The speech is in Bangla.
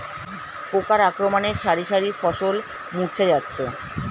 পোকার আক্রমণে শারি শারি ফসল মূর্ছা যাচ্ছে